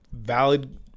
Valid